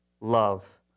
love